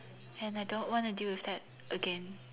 and I don't want to deal with that again